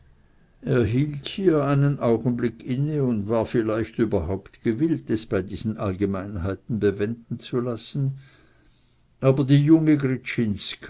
hielt hier einen augenblick inne und war vielleicht überhaupt gewillt es bei diesen allgemeinsätzen bewenden zu lassen aber die junge